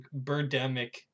Birdemic